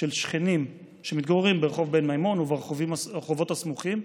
של שכנים שמתגוררים ברחוב בן מימון וברחובות הסמוכים,